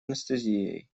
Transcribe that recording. анестезией